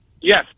Yes